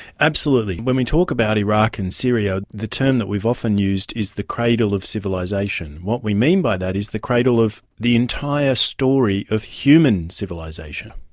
absolutely. when we talk about iraq and syria, the term that we've often used is the cradle of civilisation. what we mean by that is the cradle of the entire story of human civilisation.